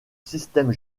système